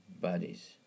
bodies